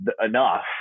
enough